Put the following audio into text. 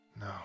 No